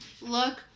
look